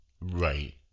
Right